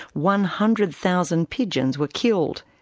one hundred thousand pigeons were killed.